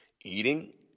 eating